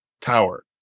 tower